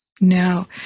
No